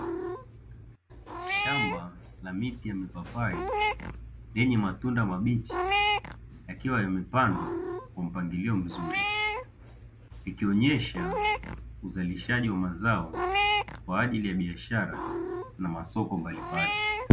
Shamba la miti ya mipapai lenye matunda mabichi yakiwa yamepandwa kwa mpangilio mzuri, ikionyesha uzalishaji wa mazao kwa ajili ya biashara na masoko mbalimbali.